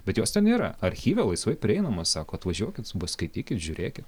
bet jos ten yra archyve laisvai prieinama sako atvažiuokit su paskaitykit žiūrėkit